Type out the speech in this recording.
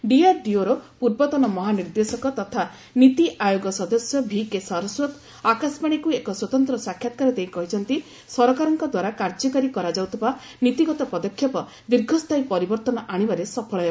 ଡିଆର୍ଡିଓର ପୂର୍ବତନ ମହାନିର୍ଦ୍ଦେଶକ ତଥା ନୀତି ଆୟୋଗ ସଦସ୍ୟ ଭିକେ ସାରସ୍ୱତ୍ ଆକାଶବାଣୀକୁ ଏକ ସ୍ୱତନ୍ତ୍ର ସାକ୍ଷାତ୍କାର ଦେଇ କହିଛନ୍ତି ସରକାରଙ୍କଦ୍ୱାରା କାର୍ଯ୍ୟକାରୀ କରାଯାଉଥିବା ନୀତିଗତ ପଦକ୍ଷେପ ଦୀର୍ଘସ୍ଥାୟୀ ପରିବର୍ତ୍ତନ ଆଣିବାରେ ସଫଳ ହେବ